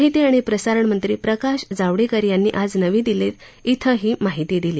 माहिती आणि प्रसारणमंत्री प्रकाश जावडेकर यांनी आज नवी दिल्लीत इथं ही माहिती दिली